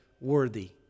worthy